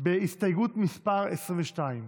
בהסתייגות מס' 22,